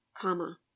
comma